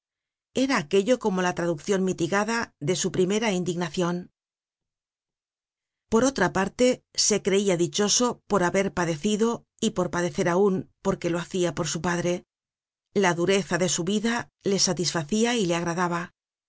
era aquello como la traduccion mitigada de su primera indignacion content from google book search generated at por otra parte se creia dichoso por haber padecido y por padecer aun porque lo hacia por su padre la dureza de su vida le satisfacia y le agradaba